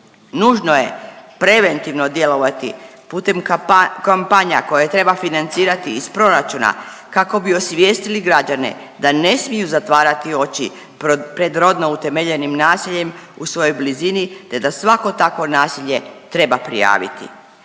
Nužno je preventivno djelovati putem kampanja koje treba financirati iz proračuna kako bi osvijestili građane da ne smiju zatvarati oči pred rodno utemeljenim nasiljem u svojoj blizini, te da svako takvo nasilje treba prijaviti.